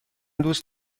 دوست